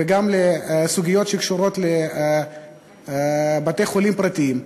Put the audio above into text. וגם לסוגיות שקשורות לבתי-חולים פרטיים,